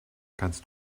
kannst